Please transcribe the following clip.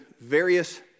various